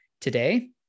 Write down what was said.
today